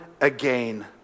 again